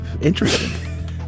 Interesting